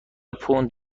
پوند